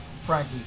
Frankie